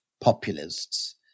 populists